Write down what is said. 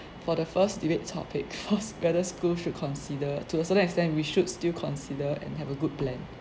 for the first debate topic cause whether schools should consider to a certain extent we should still consider and have a good blend